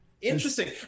Interesting